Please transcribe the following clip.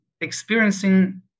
experiencing